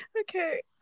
Okay